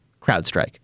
CrowdStrike